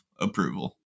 approval